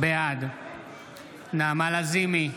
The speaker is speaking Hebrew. בעד נעמה לזימי,